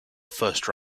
first